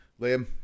Liam